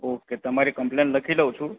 okay તમારી complain લખી લઉં છું